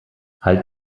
halt